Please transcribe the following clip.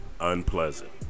unpleasant